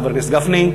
חבר הכנסת גפני,